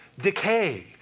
decay